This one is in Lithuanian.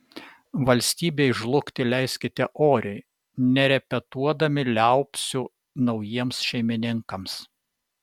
valstybei žlugti leiskite oriai nerepetuodami liaupsių naujiems šeimininkams